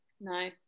No